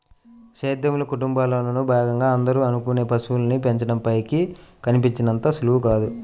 సేద్యంలో, కుటుంబంలోను భాగంగా అందరూ అనుకునే పశువుల్ని పెంచడం పైకి కనిపించినంత సులువు కాదు